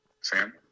Sam